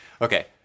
Okay